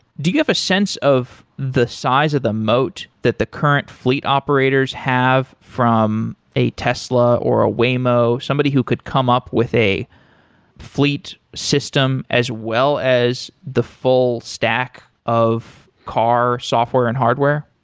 do you have a sense of the size of the moat that the current fleet operators have from a tesla, or a waymo, somebody who could come up with a fleet system, as well as the full stack of car software and hardware?